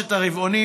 בשלושת הרבעונים,